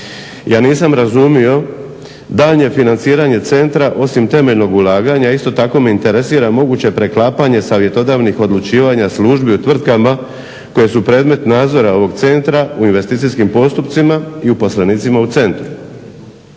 Ja nisam razumio daljnje financiranje centra osim temeljnog ulaganja, a isto tako me interesira moguće preklapanje savjetodavnih odlučivanja službi u tvrtkama koje su predmet nadzora ovog centra u investicijskim postupcima i uposlenicima u centru.